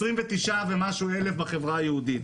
29,000 ומשהו בחברה היהודית.